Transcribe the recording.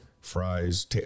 fries